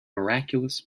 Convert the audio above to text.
miraculous